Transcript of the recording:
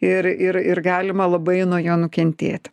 ir ir ir galima labai nuo jo nukentėti